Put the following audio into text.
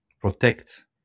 protect